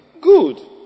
Good